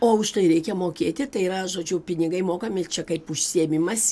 o už tai reikia mokėti tai yra žodžiu pinigai mokami čia kaip užsiėmimas